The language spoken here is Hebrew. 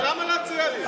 אבל למה להציע לי?